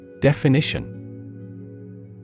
Definition